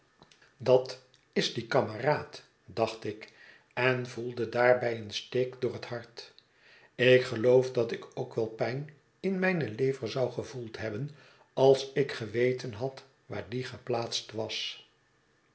dat is die kameraad dacht ik en voelde daarbij een steek door het hart ik geloof dat ik ook wel pijn in mijne lever zou gevoeld hebben als ik geweten had waar die geplaatst was